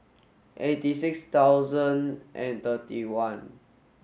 eighty six thousand and thirty one